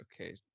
okay